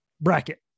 bracket